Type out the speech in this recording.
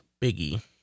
Biggie